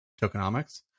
tokenomics